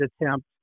attempt